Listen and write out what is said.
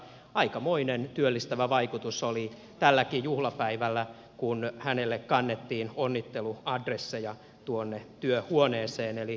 aikamoinen työllistävä vaikutus oli tälläkin juhlapäivällä kun hänelle kannettiin onnitteluadresseja tuonne työhuoneeseen